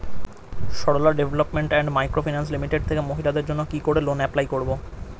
Sarala development and micro finance limited থেকে মহিলাদের জন্য কি করে লোন এপ্লাই করব?